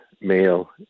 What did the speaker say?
male